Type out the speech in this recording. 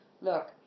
look